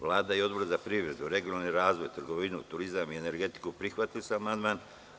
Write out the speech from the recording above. Vlada i Odbor za privredu, regionalni razvoj, trgovinu, turizam i energetiku prihvatili su amandman.